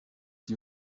die